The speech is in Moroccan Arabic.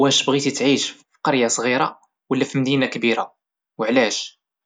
واش بغيتي تعيش في قرية صغيرة ولى مدينة كبير وعلاش؟